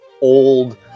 old